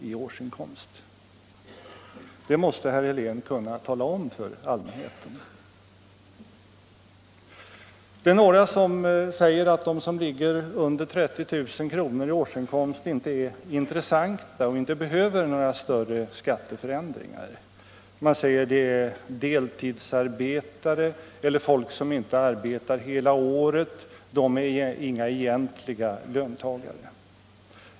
i årsinkomst? Det måste herr Helén kunna tala om för allmänheten. Det är några som säger att de som ligger under 30 000 kr. i årsinkomst inte är intressanta och inte behöver några större skattesänkningar. Man säger att de är deltidsarbetare eller folk som inte arbetar hela året, att de inte är några egentliga löntagare.